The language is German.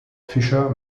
fischer